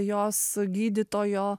jos gydytojo